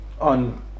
on